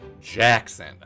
Jackson